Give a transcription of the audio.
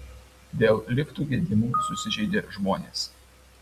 dėl liftų gedimų susižeidė žmonės